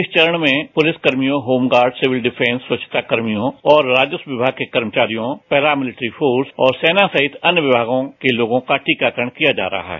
इस चरण में पुलिस कर्मियों होमगार्ड सिविल डिफेंस स्वच्छता कर्मियों व राजस्व विभाग के कर्मचारियों पैरामिलिट्री फोर्स और सेना कर्मियों सहित अन्य विभागों के लोगों का टीकाकरण किया जा रहा है